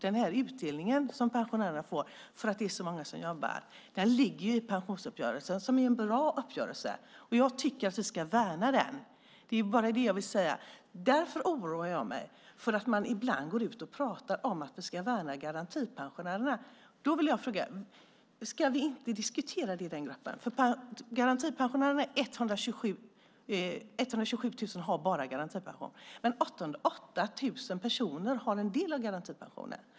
Den utdelning som pensionärerna får på grund av att så många jobbar ligger i pensionsuppgörelsen, som är en bra uppgörelse. Jag tycker att vi ska värna den. Därför oroar jag mig över att man ibland pratar om att vi ska värna garantipensionärerna. Då undrar jag om vi inte ska diskutera det i den gruppen. 127 000 har bara garantipension, men 808 000 personer har en del av garantipensionen.